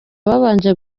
babanje